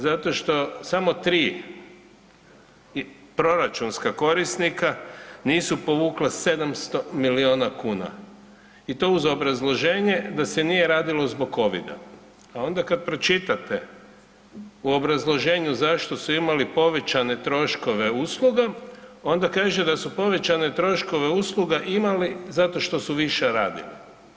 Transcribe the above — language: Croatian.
Zato što samo 3 proračunska korisnika nisu povukla 700 milijuna kuna i to uz obrazloženje da se nije radilo zbog COVID-a a onda kad pročitate u obrazloženju zašto su imali povećane troškove usluga, onda kaže da su povećane troškove usluga imali zato što su više radili.